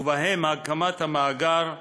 ובהם הקמת המאגר,